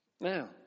Now